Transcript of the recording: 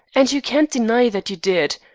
and you can't deny that you did.